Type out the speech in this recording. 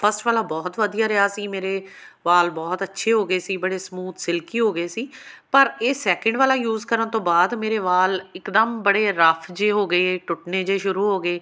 first ਵਾਲਾ ਬਹੁਤ ਵਧੀਆ ਰਿਹਾ ਸੀ ਮੇਰੇ ਵਾਲ ਬਹੁਤ ਅੱਛੇ ਹੋ ਗਏ ਸੀ ਬੜੇ ਸਮੂਥ ਸਿਲਕੀ ਹੋ ਗਏ ਸੀ ਪਰ ਇਹ ਸੈਕਿੰਡ ਵਾਲਾ ਯੂਜ਼ ਕਰਨ ਤੋਂ ਬਾਅਦ ਮੇਰੇ ਵਾਲ ਇੱਕਦਮ ਬੜੇ ਰਫ਼ ਜਿਹੇ ਹੋ ਗਏ ਟੁੱਟਣੇ ਜਿਹੇ ਸ਼ੁਰੂ ਹੋ ਗਏ